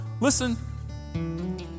Listen